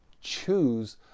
choose